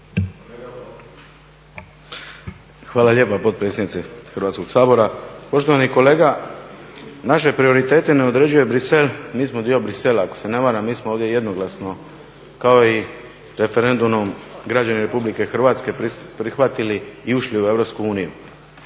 Hvala lijepa potpredsjednice Hrvatskog sabora. Poštovani kolega naše prioritet ne određuje Bruxelles, mi smo dio Bruxellesa ako se ne varam, mi smo ovdje jednoglasno kao i referendumom građana Republike Hrvatske prihvatili i ušli u EU.